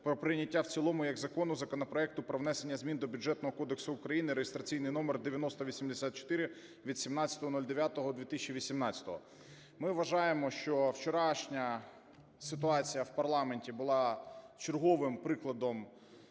про прийняття в цілому як закону законопроекту про внесення змін до Бюджетного кодексу України (реєстраційний номер 9084) від 17.09.2018. Ми вважаємо, що вчорашня ситуація в парламенті була черговим прикладом